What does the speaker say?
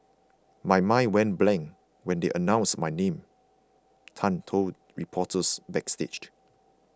my mind went blank when they announced my name Tan told reporters backstage